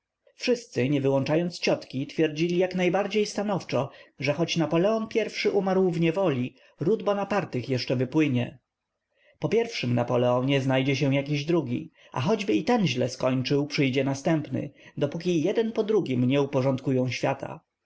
wszyscy nie wyłączając ciotki twierdzili jak najbardziej stanowczo że choć napoleon i umarł w niewoli ród bonapartych jeszcze wypłynie po pierwszym napoleonie znajdzie się jakiś drugi a gdyby i ten źle skończył przyjdzie następny dopóki jeden po drugim nie uporządkują świata